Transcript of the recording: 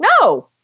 No